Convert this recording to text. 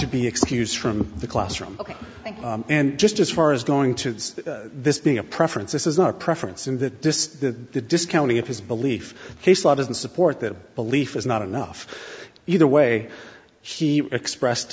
to be excused from the classroom ok and just as far as going to this being a preference this is not a preference in that this that the discounting of his belief case law doesn't support that belief is not enough either way he expressed